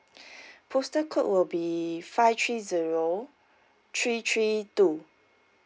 postal code will be five three zero three three two